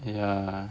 ya